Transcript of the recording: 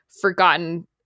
forgotten